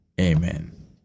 Amen